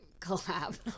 collab